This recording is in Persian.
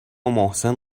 محسن